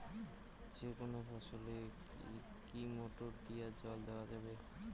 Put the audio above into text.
যেকোনো ফসলে কি মোটর দিয়া জল দেওয়া যাবে?